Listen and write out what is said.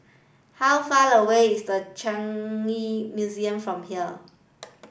how far away is The Changi Museum from here